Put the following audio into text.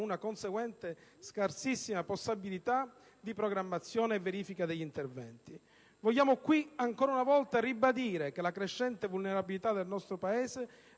una conseguente scarsissima possibilità di programmazione e verifica degli interventi. Vogliamo qui, ancora una volta, ribadire che la crescente vulnerabilità del nostro Paese